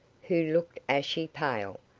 who looked ashy pale.